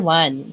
one